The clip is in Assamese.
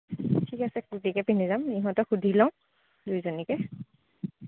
ঠিক আছে কুৰ্টিকে পিন্ধি যাম ইহঁতক সুধি লওঁ দুইজনীকে